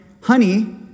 Honey